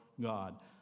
God